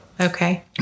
Okay